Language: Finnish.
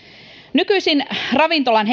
nykyisin ravintolan